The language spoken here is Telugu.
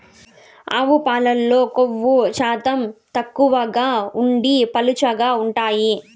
ఆవు పాలల్లో కొవ్వు శాతం తక్కువగా ఉండి పలుచగా ఉంటాయి